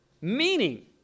Meaning